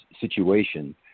situation